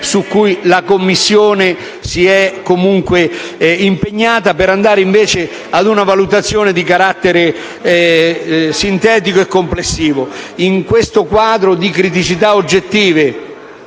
su cui la Commissione si è comunque impegnata, per andare invece ad una valutazione di carattere sintetico e complessivo. In questo quadro di criticità oggettive,